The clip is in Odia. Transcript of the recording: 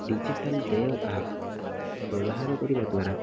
ଡିଜିଟାଲ୍ ଦେଓ ଆପ୍ ବ୍ୟବହାର କରିବା ଦ୍ଵାରା